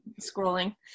scrolling